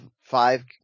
five